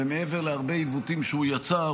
ומעבר להרבה עיוותים שהוא יצר,